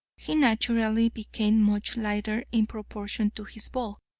he naturally became much lighter in proportion to his bulk,